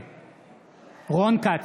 נגד רון כץ,